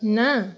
ନା